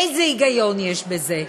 איזה היגיון יש בזה?